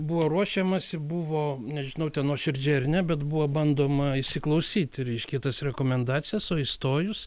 buvo ruošiamasi buvo nežinau ten nuoširdžiai ar ne bet buvo bandoma įsiklausyti reiškia į tas rekomendacijas o įstojus